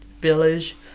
village